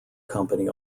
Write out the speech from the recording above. company